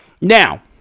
Now